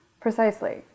Precisely